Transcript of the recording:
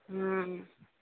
ହଁ